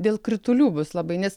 dėl kritulių bus labai nes